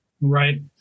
Right